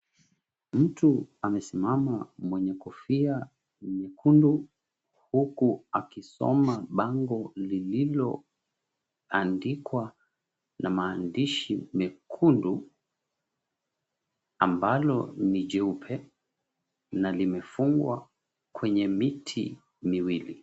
Mtu amesimama mwenye kofia nyekundu, huku akisoma bango lililoandikwa na maandishi mekundu, ambalo ni jeupe, na limefungwa kwenye miti miwili.